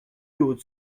haute